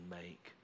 make